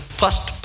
first